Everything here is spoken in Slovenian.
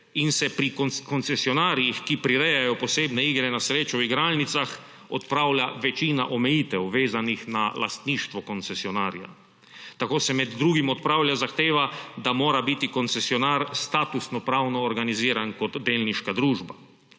in se pri koncesionarjih, ki prirejajo posebne igre na srečo v igralnicah, odpravlja večina omejitev, vezanih na lastništvo koncesionarjev. Tako se med drugim odpravlja zahteva, da mora biti koncesionar statusnopravno organiziran kot delniška družba.